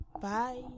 Bye